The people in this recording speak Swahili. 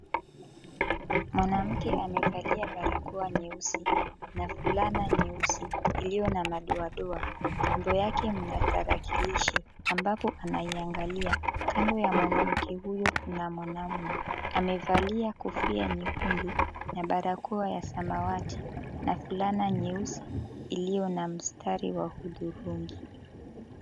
Mwanamke amevalia barakoa nyeusi na fulana nyeusi iliyo na madoadoa. Kando yake mna tarakilishi ambapo anaiangalia. Kando ya mwanamke huyo kuna mwanamume amevalia kofia nyekundu na barakoa ya samawati na fulana nyeusi, iliyo na mstari wa hudhurungi.